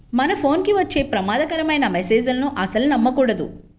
మన ఫోన్ కి వచ్చే ప్రమాదకరమైన మెస్సేజులను అస్సలు నమ్మకూడదు